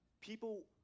people